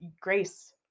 Grace